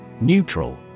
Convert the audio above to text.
Neutral